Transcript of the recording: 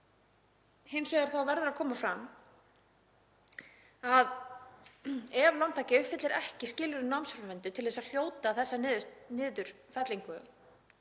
Hins vegar verður að koma fram að ef lántaki uppfyllir ekki skilyrði um námsframvindu til að hljóta þessa niðurfellingu